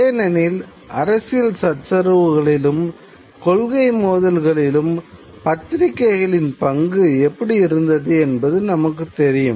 ஏனெனில் அரசியல் சச்சரவுகளிலும் கொள்கை மோதல்களிலும் பத்திரிகைகளின் பங்கு எப்படி இருந்தது என்பது நமக்கு தெரியும்